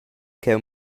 cheu